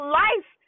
life